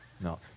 no